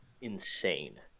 insane